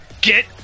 Get